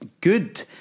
Good